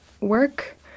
work